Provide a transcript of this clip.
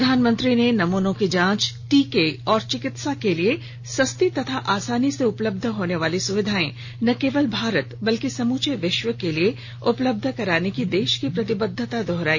प्रधानमंत्री ने नमूनों की जांच टीके और चिकित्सा के लिए सस्ती तथा आसानी से उपलब्ध होने वाली सुविधाएं न केवल भारत बल्कि समूचे विश्व के लिए उपलब्ध कराने की देश की प्रतिबद्वता दोहराई